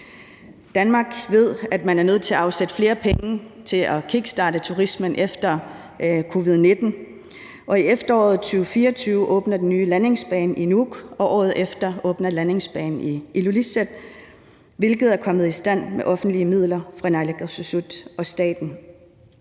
Danmark ved, at man er nødt til at afsætte flere penge til at kickstarte turismen efter covid-19, og i efteråret 2024 åbner den nye landingsbane i Nuuk, og året efter åbner landingsbanen i Ilulissat, hvilket er kommet i stand med offentlige midler fra Naalakkersuisut og statens